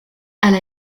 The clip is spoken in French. elle